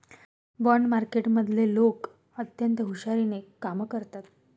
bond मार्केटमधले लोक अत्यंत हुशारीने कामं करतात